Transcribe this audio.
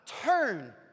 turn